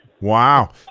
Wow